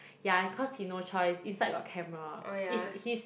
ya cause he no choice inside got camera if his